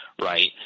right